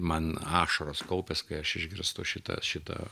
man ašaros kaupias kai aš išgirstu šitą šitą